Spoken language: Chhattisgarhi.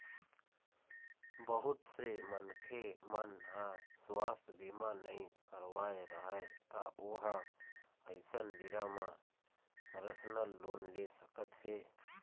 बहुत से मनखे मन ह सुवास्थ बीमा नइ करवाए रहय त ओ ह अइसन बेरा म परसनल लोन ले सकत हे